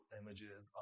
images